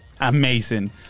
amazing